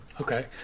Okay